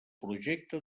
projecte